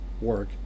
work